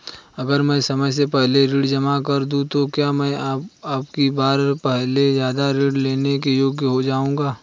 अगर मैं समय से पहले ऋण जमा कर दूं तो क्या मैं अगली बार पहले से ज़्यादा ऋण लेने के योग्य हो जाऊँगा?